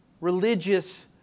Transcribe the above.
religious